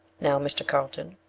now, mr. carlton,